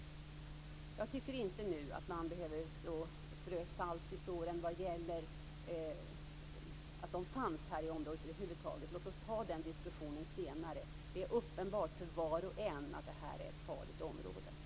Jag tycker inte att man nu behöver strö salt i såren i fråga om att paret fanns i området över huvud taget. Låt oss ta den diskussionen senare. Det är uppenbart för var och en att detta är ett farligt område.